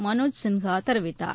மனோஜி சின்ஹா தெரிவித்தார்